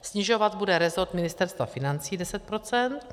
Snižovat bude resort Ministerstva financí 10 %.